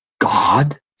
God